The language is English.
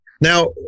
Now